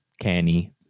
Canny